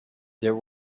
there